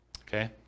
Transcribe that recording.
Okay